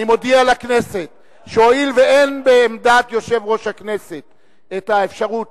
אני מודיע לכנסת שהואיל ואין בעמדת יושב-ראש הכנסת את האפשרות